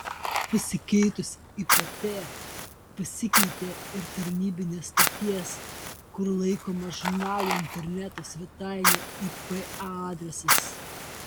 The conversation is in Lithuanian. pasikeitus ipt pasikeitė ir tarnybinės stoties kur laikoma žurnalo interneto svetainė ip adresas